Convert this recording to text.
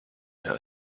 her